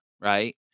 right